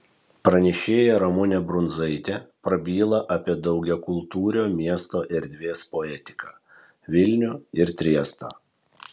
pranešėja ramunė brunzaitė prabyla apie daugiakultūrio miesto erdvės poetiką vilnių ir triestą